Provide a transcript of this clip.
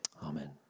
Amen